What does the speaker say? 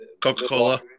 Coca-Cola